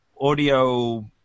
audio